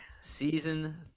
season